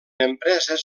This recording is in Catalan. empreses